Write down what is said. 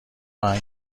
آهنگ